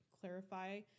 clarify